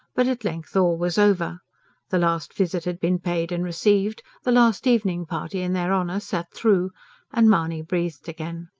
but at length all was over the last visit had been paid and received, the last evening party in their honour sat through and mahony breathed again.